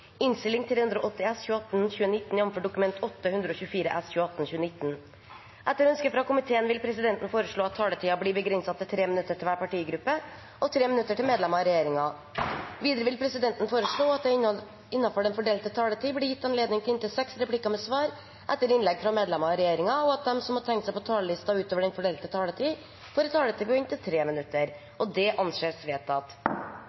medlemmer av regjeringen. Videre vil presidenten foreslå at det – innenfor den fordelte taletid – blir gitt anledning til inntil seks replikker med svar etter innlegg fra medlemmer av regjeringen, og at de som måtte tegne seg på talerlisten utover den fordelte taletid, får en taletid på inntil